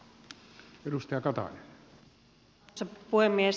arvoisa puhemies